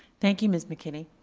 thank you, ms. mckinney.